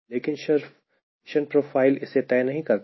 लेकिन सिर्फ mission profile इसे तय नहीं करता